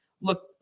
look